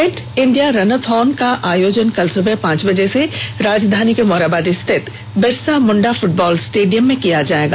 fit India runathon का आयोजन कल सुबह पांच बजे से राजधानी के मोरहाबादी स्थित बिरसा मुंडा फुटबॉल स्टेडियम में किया जाएगा